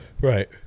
Right